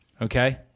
Okay